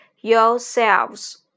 yourselves